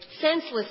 senseless